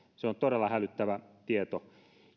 se on todella hälyttävä tieto